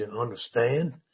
understand